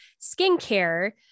skincare